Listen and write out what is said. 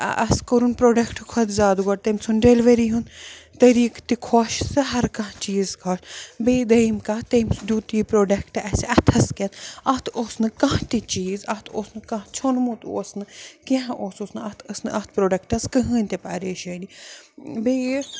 اَسہِ کوٚرُن پرٛوڈَکٹ کھۄتہٕ زیادٕ گۄڈٕ تٔمۍ سُنٛد ڈیلؤری ہُنٛد طٔریٖقہٕ تہِ خۄش تہٕ ہر کانٛہہ چیٖز خۄ بیٚیہِ دٔیِم کَتھ تٔمۍ دیُت یہِ پرٛوڈَکٹ اَسہِ اَتھَس کٮ۪تھ اَتھ اوس نہٕ کانٛہہ تہِ چیٖز اَتھ اوس نہٕ کانٛہہ ژھیوٚنمُت اوس نہٕ کینٛہہ اوسُس نہٕ اَتھ ٲس نہٕ اَتھ پرٛوڈَکٹَس کٕہۭنۍ تہِ پریشٲنی بیٚیہِ